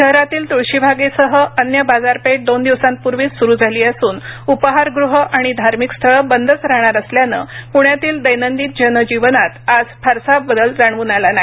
शहरातील तुळशीबागेसह अन्य बाजारपेठ दोन दिवसांपूर्वीच सुरू झाली असून उपाहारगृह आणि धार्मिक स्थळ बंदच राहणार असल्यानं पृण्यातील दैनंदिन जनजीवनात आज फारसा बदल जाणवून आला नाही